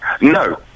No